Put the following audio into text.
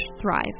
thrive